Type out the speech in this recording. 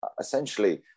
essentially